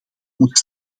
moet